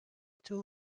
two